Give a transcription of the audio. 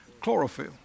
Chlorophyll